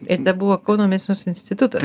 ir tebuvo kauno medicinos institutas